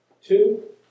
Two